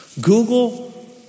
Google